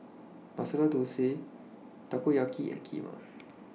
Masala Dosa Takoyaki and Kheema